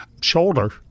shoulder